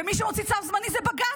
ומי שמוציא צו זמני זה בג"ץ.